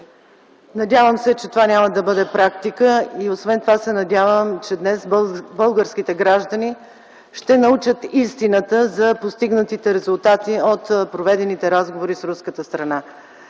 Надявам се, че това няма да бъде практика, и освен това се надявам, че днес българските граждани ще научат истината за постигнатите резултати от проведените разговори с руската страна.